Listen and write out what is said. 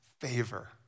favor